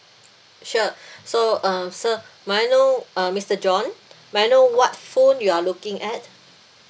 sure so uh sir may I know uh mister john may I know what phone you are looking at